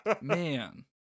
man